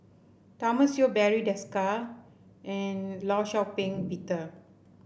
Thomas Yeo Barry Desker and Law Shau Ping Peter